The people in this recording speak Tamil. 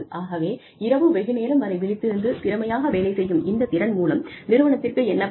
ஆகவே இரவு வெகு நேரம் வரை விழித்திருந்து திறமையாக வேலை செய்யும் இந்த திறன் மூலம் நிறுவனத்திற்கு என்ன பயன்